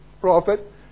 profit